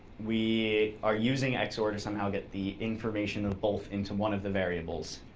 we are using xor to somehow get the information of both into one of the variables,